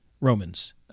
Romans